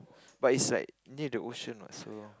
but is like near the ocean what so